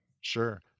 Sure